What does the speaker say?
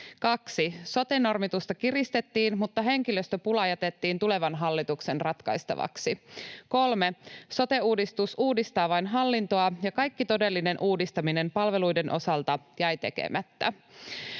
2) Sote-normitusta kiristettiin, mutta henkilöstöpula jätettiin tulevan hallituksen ratkaistavaksi. 3) Sote-uudistus uudistaa vain hallintoa, ja kaikki todellinen uudistaminen palveluiden osalta jäi tekemättä.